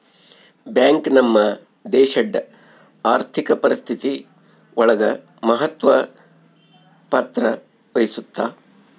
bank ನಮ್ ದೇಶಡ್ ಆರ್ಥಿಕ ಪರಿಸ್ಥಿತಿ ಒಳಗ ಮಹತ್ವ ಪತ್ರ ವಹಿಸುತ್ತಾ